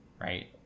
right